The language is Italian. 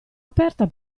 aperta